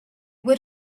would